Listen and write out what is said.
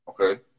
Okay